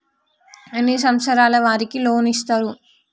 ఎన్ని సంవత్సరాల వారికి లోన్ ఇస్తరు?